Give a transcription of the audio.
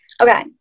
Okay